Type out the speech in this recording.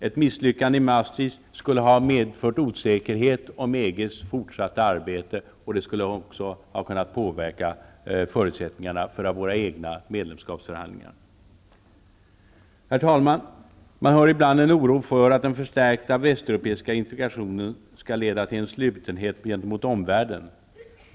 Ett misslyckande i Maastricht skulle ha medfört osäkerhet om EG:s fortsatta arbete, och det skulle också ha kunnat påverka förutsättningarna för våra egna medlemskapsförhandlingar. Herr talman! Man hör ibland en oro för att den förstärkta västeuropeiska integrationen skall leda till en slutenhet mot omvärlden.